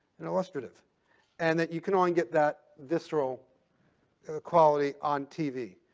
and osterative and that you can only get that visceral quality on tv.